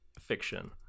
fiction